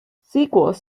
sequels